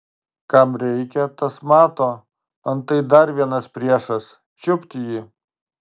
kam reikia tas mato antai dar vienas priešas čiupt jį